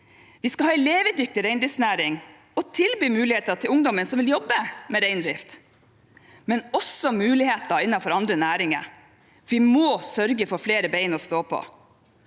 Vi skal ha en levedyktig reindriftsnæring og tilby muligheter til ungdommen som vil jobbe med reindrift, men også muligheter innenfor andre næringer. Vi må sørge for flere bein å stå på.